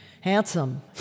Handsome